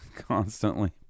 constantly